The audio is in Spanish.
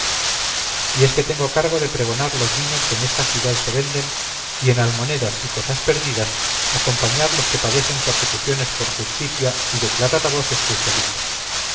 y es que tengo cargo de pregonar los vinos que en esta ciudad se venden y en almonedas y cosas perdidas acompañar los que padecen persecuciones por justicia y declarar a voces sus delitos